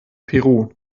peru